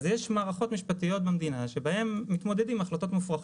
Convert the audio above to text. אז יש מערכות משפטיות במדינה שבהן מתמודדים עם החלטות מופרכות.